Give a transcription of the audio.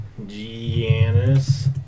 Giannis